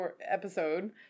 episode